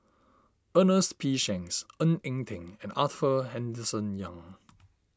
Ernest P Shanks Ng Eng Teng and Arthur Henderson Young